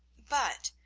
but,